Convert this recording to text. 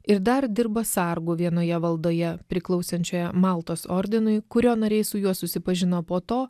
ir dar dirba sargu vienoje valdoje priklausančioje maltos ordinui kurio nariai su juo susipažino po to